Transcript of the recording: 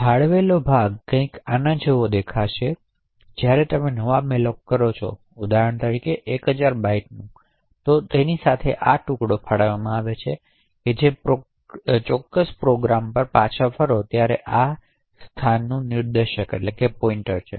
ફાળવેલ ભાગ કંઈક આવું લાગે છે જ્યારે નવા મેલોક થાય છે ઉદાહરણ તરીકે 1000 બાઇટ્સનું એને આ ટુકડો ફાળવવામાં આવે છે જે ચોક્કસ પ્રોગ્રામ પર પાછા ફરે છે તે અહીં આ સ્થાનનું નિર્દેશક છે